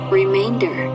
remainder